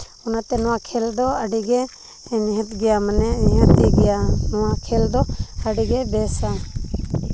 ᱚᱱᱟᱛᱮ ᱱᱚᱣᱟ ᱠᱷᱮᱞ ᱫᱚ ᱟᱹᱰᱤᱜᱮ ᱱᱤᱦᱟᱹᱛ ᱜᱮᱭᱟ ᱢᱟᱱᱮ ᱱᱤᱦᱟᱹᱛᱤ ᱜᱮᱭᱟ ᱱᱚᱣᱟ ᱠᱷᱮᱞ ᱫᱚ ᱟᱹᱰᱤᱜᱮ ᱵᱮᱥᱼᱟ